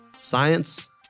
Science